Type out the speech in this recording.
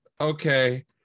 Okay